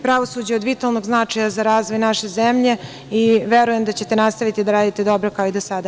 Pravosuđe je od vitalnog značaja za razvoj naše zemlje i verujem da će te nastaviti da radite dobro, kao i do sada.